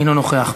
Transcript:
אינו נוכח,